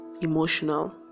emotional